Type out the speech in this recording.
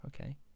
okay